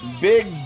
big